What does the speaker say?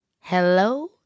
Hello